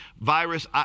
virus